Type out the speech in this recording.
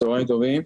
צוהריים טובים,